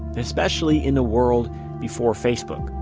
especially in the world before facebook.